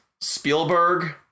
Spielberg